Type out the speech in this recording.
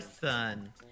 son